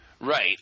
Right